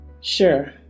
Sure